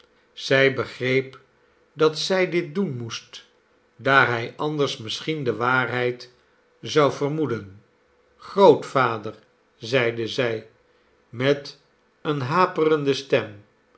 zij begreep dat zij dit doen moest daar hij ahders misschien de waarheid zou vermoeden grootvader zeide zij met eene haperende stem